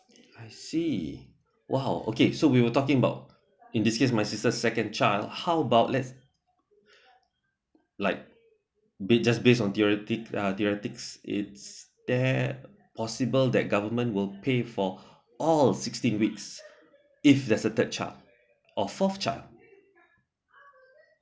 I see !wow! okay so we were talking about in this case my sister second child how about less like based just based on theoritic ah theoritics is there possible that government will pay for all sixteen weeks if that's the third child or fourth child